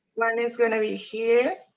one is gonna be here.